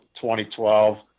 2012